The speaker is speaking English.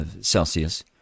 Celsius